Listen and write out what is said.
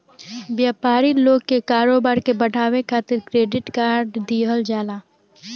व्यापारी लोग के कारोबार के बढ़ावे खातिर क्रेडिट कार्ड दिहल जाला